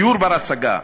דיור בר-השגה,